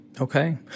Okay